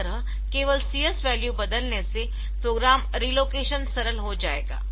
इस तरह केवल CS वैल्यू बदलने से प्रोग्राम रीलोकेशन सरल हो जाएगा